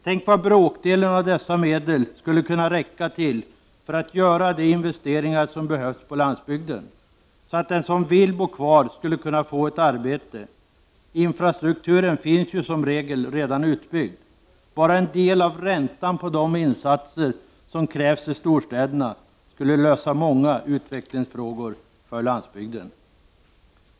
Tänk vad bråkdelen av dessa medel skulle räcka till för att man skulle kunna göra de investeringar som behövs på landsbygden, så att de som vill bo kvar skulle kunna få arbete. Infrastrukturen finns ju som regel redan utbyggd. Bara en del av räntan på de insatser som krävs i storstäderna skulle lösa många utvecklingsfrågor för landsbygden.